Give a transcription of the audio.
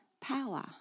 power